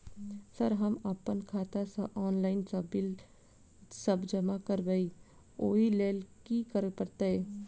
Sir हम अप्पन खाता सऽ ऑनलाइन सऽ बिल सब जमा करबैई ओई लैल की करऽ परतै?